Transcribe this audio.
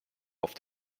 auf